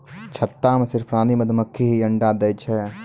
छत्ता मॅ सिर्फ रानी मधुमक्खी हीं अंडा दै छै